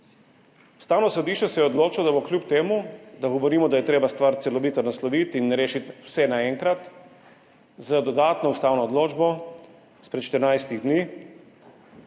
Ustavno sodišče se je odločilo, da bo kljub temu da govorimo, da je treba stvar celovito nasloviti in rešiti vse naenkrat, z dodatno ustavno odločbo izpred 14 dni